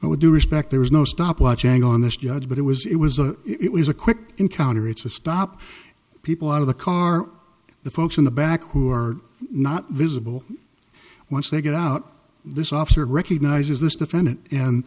i would do respect there was no stop watching on this judge but it was it was a it was a quick encounter it's a stopped people out of the car the folks in the back who are not visible once they get out this officer recognizes this defendant and